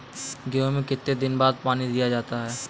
गेहूँ में कितने दिनों बाद पानी दिया जाता है?